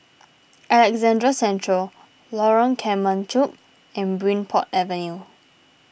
Alexandra Central Lorong Kemunchup and Bridport Avenue